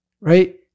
right